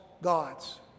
gods